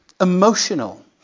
emotional